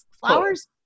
Flowers